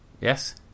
Yes